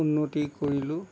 উন্নতি কৰিলোঁ